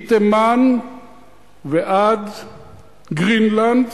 מתימן ועד גרינלנד,